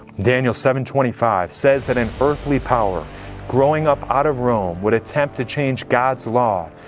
daniel seven twenty five says that an earthly power growing up out of rome would attempt to change god's law.